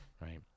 Right